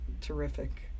terrific